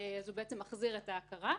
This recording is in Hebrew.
הוא מחזיר את ההכרה.